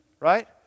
right